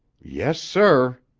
yes, sir,